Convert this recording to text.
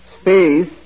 space